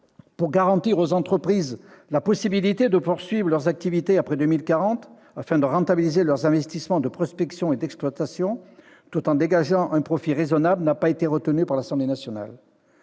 pour garantir aux entreprises la possibilité de poursuivre leurs activités après 2040 afin de rentabiliser leurs investissements de prospection et d'exploitation, tout en dégageant un profit raisonnable, n'a pas été retenue par l'Assemblée nationale.